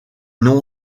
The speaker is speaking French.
non